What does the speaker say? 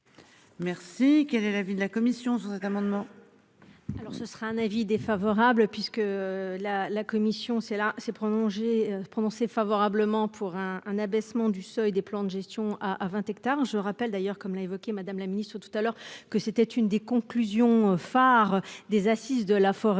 Merci. Quel est l'avis de la commission sur cet amendement. Alors ce sera un avis défavorable puisque la la commission c'est la c'est prolonger prononcée favorablement pour un, un abaissement du seuil des plans de gestion à à 20. Attends je rappelle d'ailleurs comme l'a évoqué, Madame la Ministre tout à l'heure que c'était une des conclusions phare des assises de la forêt